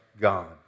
God